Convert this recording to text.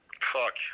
Fuck